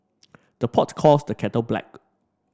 the pot calls the kettle black